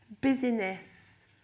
busyness